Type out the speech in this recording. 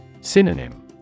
Synonym